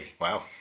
Wow